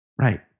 Right